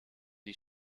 die